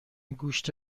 گوشت